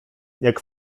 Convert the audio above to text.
jak